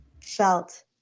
felt